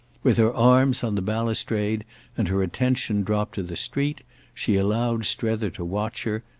with her arms on the balustrade and her attention dropped to the street she allowed strether to watch her,